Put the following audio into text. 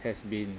has been